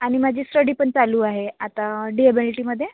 आणि माझी स्टडी पण चालू आहे आता डी एबी एल टीमध्ये